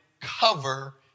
cover